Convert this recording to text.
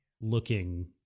looking